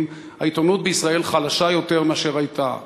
העיתונות בישראל חלשה יותר מאשר הייתה?